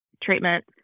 treatment